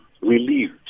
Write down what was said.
relieved